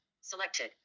Selected